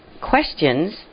questions